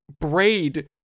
braid